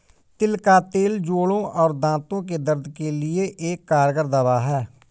तिल का तेल जोड़ों और दांतो के दर्द के लिए एक कारगर दवा है